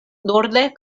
norde